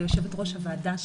יושבת ראש הוועדה,